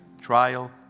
trial